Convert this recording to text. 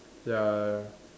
ya ya ya